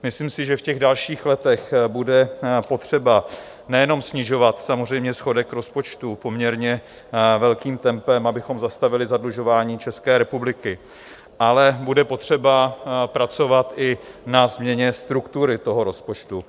Myslím si, že v těch dalších letech bude potřeba nejenom snižovat samozřejmě schodek rozpočtu poměrně velkým tempem, abychom zastavili zadlužování České republiky, ale bude potřeba pracovat i na změně struktury toho rozpočtu.